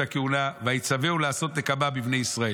הכהונה ויצווהו לעשות נקמה בבני ישראל".